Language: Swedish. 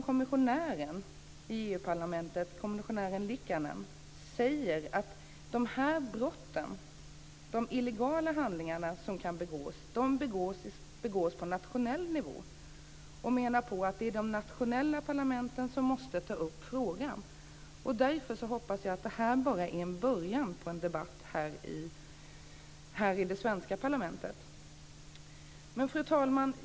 Kommissionär Liikanen i parlamentet säger dessutom att de brott, de illegala handlingar som kan begås, begås på nationell nivå. Han menar att det är de nationella parlamenten som måste ta upp frågan. Därför hoppas jag att det här bara är början på en debatt här i det svenska parlamentet. Fru talman!